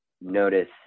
notice